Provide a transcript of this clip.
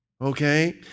Okay